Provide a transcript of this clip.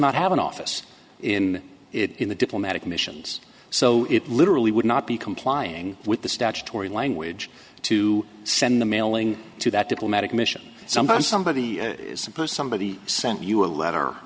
not have an office in it in the diplomatic missions so it literally would not be complying with the statutory language to send a mailing to that diplomatic mission sometime somebody suppose somebody sent you a letter